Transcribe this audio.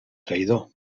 traïdor